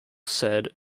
said